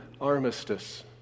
armistice